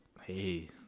Hey